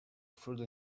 through